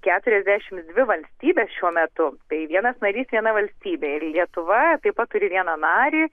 keturiasdešimt dvi valstybes šiuo metu tai vienas narys viena valstybė ir lietuva taip pat turi vieną narį